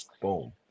boom